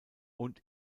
und